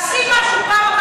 עשית משהו בשבילן,